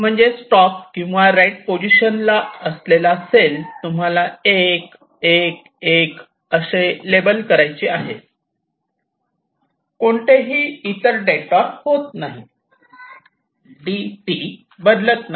म्हणजेच टॉप किंवा राईट पोझिशनला असलेली सेल तुम्हाला 1 1 1 असे असे लेबल करायची आहे कोणतेही ही इतर डिटॉर होत नाही d बदलत नाही